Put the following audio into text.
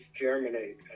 germinate